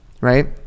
right